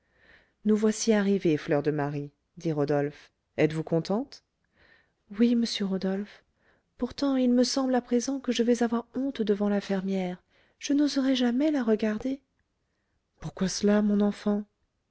nous voici arrivés fleur de marie dit rodolphe êtes-vous contente oui monsieur rodolphe pourtant il me semble à présent que je vais avoir honte devant la fermière je n'oserai jamais la regarder pourquoi cela mon enfant